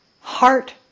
heart